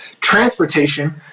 Transportation